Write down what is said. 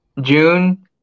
June